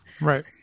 Right